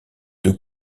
deux